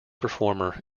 performer